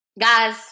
Guys